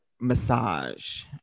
massage